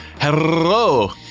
Hello